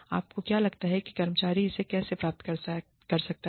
आपको क्या लगता है कि कर्मचारी इसे कैसे प्राप्त कर सकता है